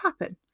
happen